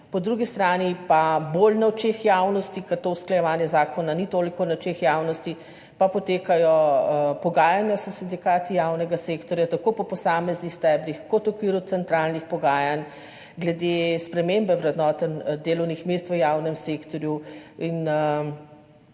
po drugi strani pa bolj na očeh javnosti, ker to usklajevanje zakona ni toliko na očeh javnosti, pa potekajo pogajanja s sindikati javnega sektorja tako po posameznih stebrih kot v okviru centralnih pogajanj glede spremembe vrednotenj delovnih mest v javnem sektorju in